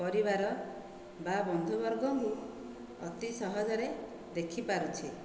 ପରିବାର ବା ବନ୍ଧୁ ବର୍ଗଙ୍କୁ ଅତି ସହଜରେ ଦେଖିପାରୁଛେ